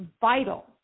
vital